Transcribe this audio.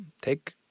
Take